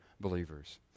believers